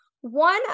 One